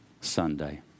Sunday